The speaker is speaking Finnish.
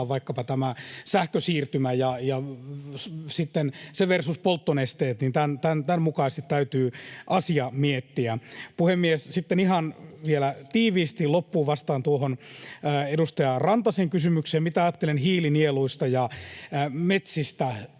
vaikkapa tämä sähkösiirtymä ja sitten se versus polttonesteet. Tämän mukaisesti täytyy asiaa miettiä. Puhemies! Sitten ihan tiiviisti vielä loppuun vastaan tuohon edustaja Rantasen kysymykseen, mitä ajattelen hiilinieluista ja metsistä.